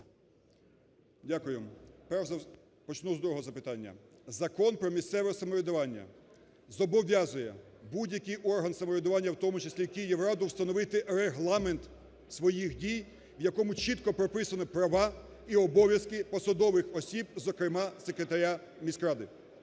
дякую. Почну з другого запитання, Закон про місцеве самоврядування зобов'язує будь-який орган самоврядування, в тому числі Київраду, встановити регламент своїх дій, в якому чітко прописані права і обов'язки посадових осіб, зокрема, секретаря міськради.